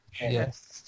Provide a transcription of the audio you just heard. Yes